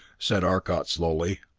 said arcot slowly.